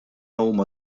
huma